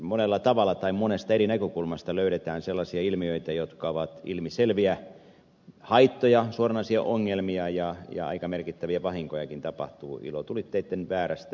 monella tavalla tai monesta eri näkökulmasta löydetään sellaisia ilmiöitä jotka ovat ilmiselviä haittoja suoranaisia ongelmia ja aika merkittäviä vahinkojakin tapahtuu ilotulitteitten väärinkäytöstä